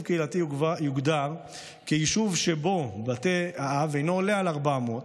קהילתי יוגדר כיישוב שבו מספר בתי אב אינו עולה על 400,